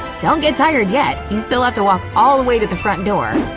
don't get tired yet, you still have to walk all the way to the front door.